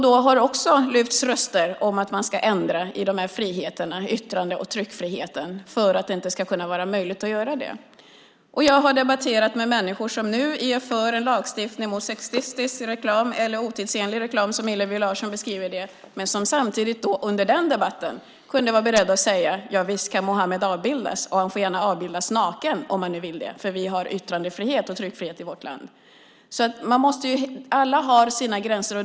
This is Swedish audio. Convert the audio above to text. Det har också höjts röster om att man ska ändra i yttrande och tryckfriheten så att det inte ska kunna vara möjligt att göra det. Jag har debatterat med människor som nu är för en lagstiftning mot sexistisk eller otidsenlig reklam, som Hillevi Larsson beskriver det, men som samtidigt under den debatten kunde vara beredda att säga: Javisst ska Muhammed avbildas, och han kan gärna avbildas naken om man nu vill det, för vi har yttrandefrihet och tryckfrihet i vårt land. Alla har sina gränser.